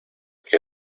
que